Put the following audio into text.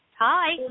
Hi